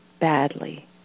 Badly